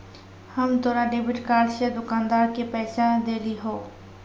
हम तोरा debit card से दुकानदार के पैसा देलिहों